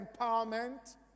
empowerment